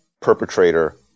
perpetrator